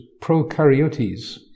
prokaryotes